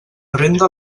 renda